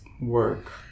Work